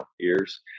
ears